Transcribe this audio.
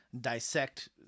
dissect